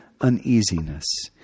uneasiness